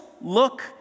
look